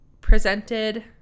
presented